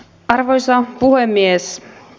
arvoisa puhemies